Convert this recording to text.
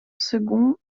seconds